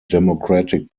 democratic